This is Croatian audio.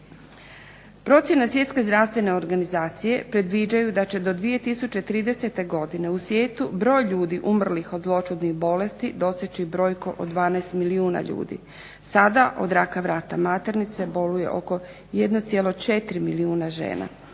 Procjene Svjetske zdravstvene organizacije predviđaju da će do 2030. godine u svijetu broj ljudi umrlih od zloćudnih bolesti doseći brojku od 12 milijuna ljudi. Sada od raka vrata maternice boluje oko 1,4 milijuna žena,